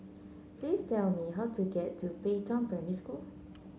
please tell me how to get to Pei Tong Primary School